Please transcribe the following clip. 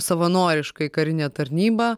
savanoriškai karinę tarnybą